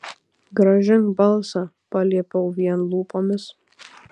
grąžink balsą paliepiau vien lūpomis